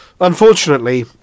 Unfortunately